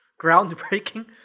groundbreaking